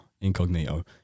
incognito